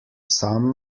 sam